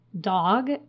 dog